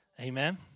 Amen